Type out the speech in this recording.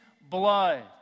blood